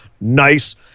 Nice